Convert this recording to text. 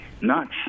nuts